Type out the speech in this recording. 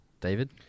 David